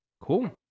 cool